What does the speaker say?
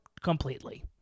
completely